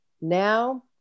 Now